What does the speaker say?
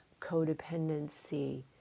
codependency